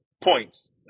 points